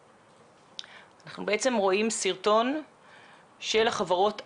אנחנו בעצם רואים סרטון של החברות עצמן.